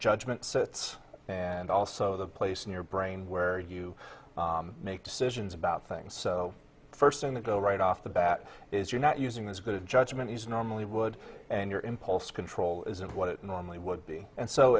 judgment so it's and also the place in your brain where you make decisions about things so the first thing that go right off the bat is you're not using this good judgment is normally would and your impulse control isn't what it normally would be and so